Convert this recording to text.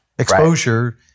Exposure